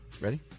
Ready